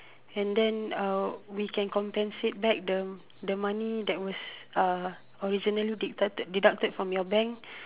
and then uh we can compensate back the the money that was uh originally deducted deducted from your bank